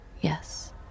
yes